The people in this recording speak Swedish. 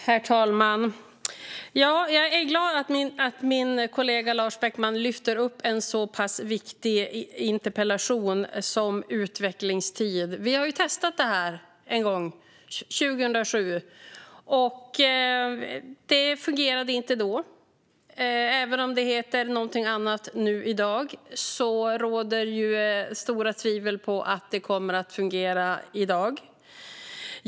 Herr talman! Jag är glad över att min kollega Lars Beckman lyfter upp en så pass viktig fråga som utvecklingstid i en interpellation. Vi har testat detta en gång, 2007. Det fungerade inte då, och även om det nu heter någonting annat råder det stora tvivel om att det kommer att fungera i dag.